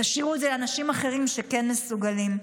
תשאירו את זה לאנשים אחרים שכן מסוגלים.